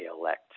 elect